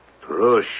Trush